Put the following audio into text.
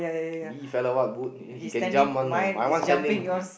bee fella what would he can jump one what my one standing